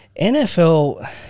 NFL